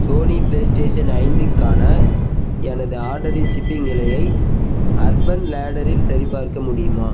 Sony PlayStation ஐந்துக்கான எனது ஆர்டரின் சிப்பிங் நிலையை அர்பன் லாடரில் சரிபார்க்க முடியுமா